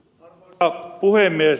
arvoisa puhemies